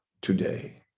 today